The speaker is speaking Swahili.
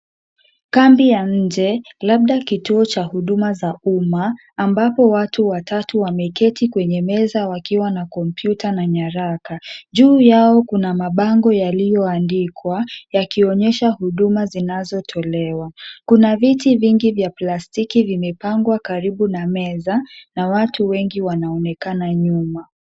Kambi ya nje, labda kituo cha huduma za umma ambapo watu watatu wameketi kwenye meza wakiwa na kompyuta na nyaraka. Juu yao kuna mabango yaliyoandikwa, yakionyesha huduma zinazotolewa. Kuna viti vingi vya plastiki vimepangwa karibu na meza na watu wengi wanaonekana nyuma.